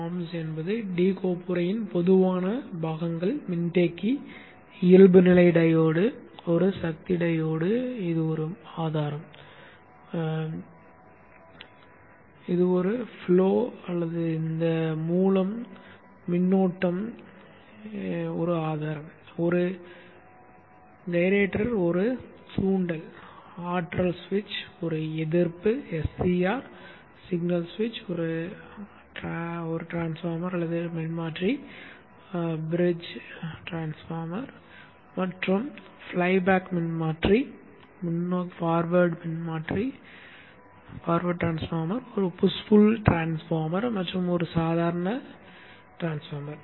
A comps என்பது d கோப்புறையின் பொதுவான பாகங்கள் மின்தேக்கி இயல்புநிலை டையோடு ஒரு சக்தி டையோடு ஒரு ஆதாரம் ஒரு ஓட்டம் மூலம் மின்னோட்டம் ஆதாரம் ஒரு கைரேட்டர் ஒரு தூண்டல் ஆற்றல் சுவிட்ச் ஒரு எதிர்ப்பு SCR சமிக்ஞை சுவிட்ச் ஒரு மின்மாற்றி பாலத்திற்கான மின்மாற்றி மற்றொரு ஃப்ளை பேக் மின்மாற்றி முன்னோக்கி மாற்றி மின்மாற்றி ஒரு புஷ் புல் டிரான்ஸ்பார்மர் மற்றும் ஒரு சாதாரண மின்மாற்றி